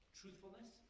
truthfulness